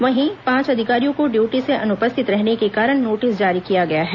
वहीं पांच अधिकारियों को ड्यूटी से अनुपस्थित रहने के कारण नोटिस जारी किया गया है